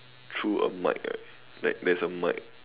through a mic right like there's a mic